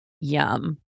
Yum